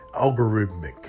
Algorithmic